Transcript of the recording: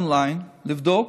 און-ליין, לבדוק